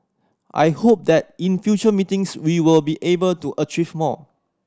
I hope that in future meetings we will be able to achieve more